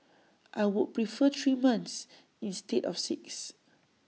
I would prefer three months instead of six